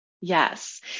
Yes